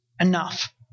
enough